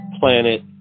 planet